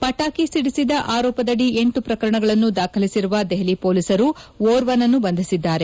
ಪಟಾಕಿ ಸಿದಿಸಿದ ಆರೋಪದಡಿ ಎಂಟು ಪ್ರಕರಣಗಳನ್ನು ದಾಖಲಿಸಿರುವ ದೆಹಲಿ ಪೊಲೀಸರು ಓರ್ವನನ್ನು ಬಂಧಿಸಿದ್ದಾರೆ